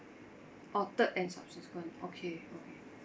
orh third and subsequent okay okay